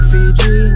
Fiji